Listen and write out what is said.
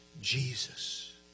Jesus